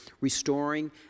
restoring